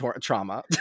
trauma